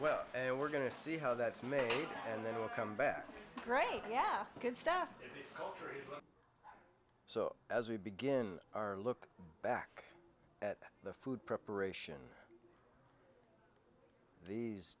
well we're going to see how that's made and then we'll come back great yeah good stuff so as we begin our look back at the food preparation the